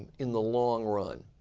in the long run.